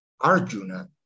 Arjuna